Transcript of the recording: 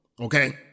Okay